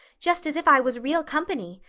just as if i was real company.